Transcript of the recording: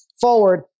forward